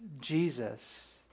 Jesus